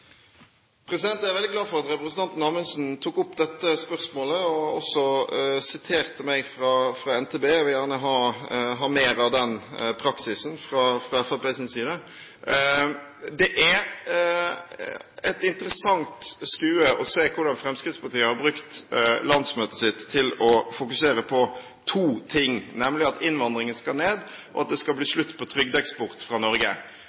Jeg er veldig glad for at representanten Amundsen tok opp dette spørsmålet og også siterte meg fra NTB. Jeg vil gjerne ha mer av den praksisen fra Fremskrittspartiets side. Det er et interessant skue å se hvordan Fremskrittspartiet har brukt landsmøtet sitt til å fokusere på to ting, nemlig at innvandringen skal ned, og at det skal bli slutt på trygdeeksport fra Norge.